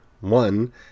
one